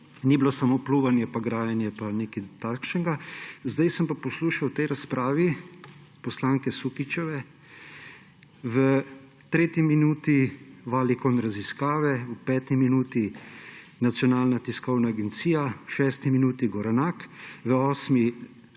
ni bilo samo pljuvanje in grajanje in nekaj takšnega. Zdaj pa sem poslušal v tej razpravi poslanke Sukičeve v 3. minuti Valicon raziskave, v 5. minuti Nacionalna tiskovna agencija, v 6. minuti Gorenak, v 8.